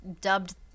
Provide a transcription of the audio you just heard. dubbed